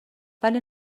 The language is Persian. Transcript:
ولی